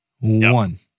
One